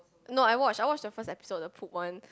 no I watch I watch the first episode the pool one